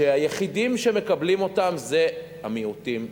שהיחידים שמקבלים אותן זה המיעוטים בישראל.